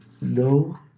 No